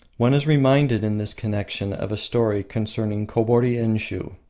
one is reminded in this connection of a story concerning kobori-enshiu.